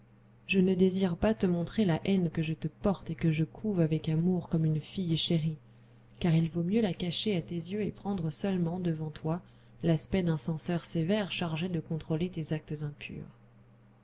je ne désire pas te montrer la haine que je te porte et que je couve avec amour comme une fille chérie car il vaut mieux la cacher à tes yeux et prendre seulement devant toi l'aspect d'un censeur sévère chargé de contrôler tes actes impurs